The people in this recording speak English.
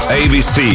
abc